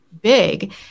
big